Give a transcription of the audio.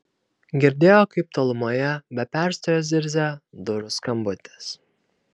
girdėjo kaip tolumoje be perstojo zirzia durų skambutis